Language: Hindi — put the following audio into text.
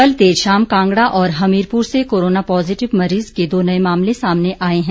कल देर शाम कांगड़ा और हमीरपुर से कोरोना पॉजिटिव मरीज के दो नए मामले सामने आये हैं